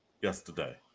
yesterday